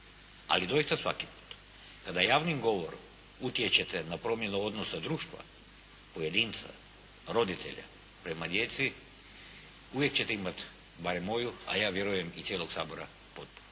ali doista svaki put kada javnim govorom utječete na promjenu odnosa društva, pojedinca, roditelja prema djeci, uvijek ćete imat barem moju a ja vjerujem i cijelog Sabora potporu.